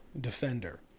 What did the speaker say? defender